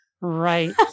Right